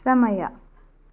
ಸಮಯ